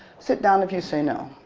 sit down if you say no.